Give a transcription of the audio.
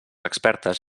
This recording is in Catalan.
expertes